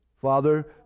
Father